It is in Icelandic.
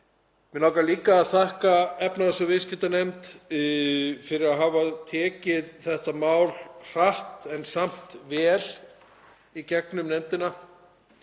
Mig langar líka að þakka efnahags- og viðskiptanefnd fyrir að hafa tekið þetta mál hratt en samt vel í gegnum nefndina.